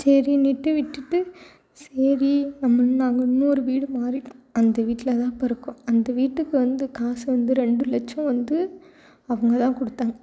சரின்னுட்டு விட்டுட்டு சரி நம்ம நாங்கள் இன்னொரு வீடு மாறிட்டோம் அந்த வீட்டில் தான் இப்போ இருக்கோம் அந்த வீட்டுக்கு வந்து காசு வந்து ரெண்டு லட்சம் வந்து அவங்க தான் கொடுத்தாங்க